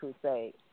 Crusade